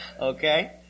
okay